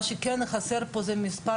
מה שכן חסר כאן זה מספר